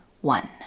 one